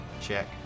check